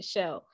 Show